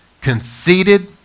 conceited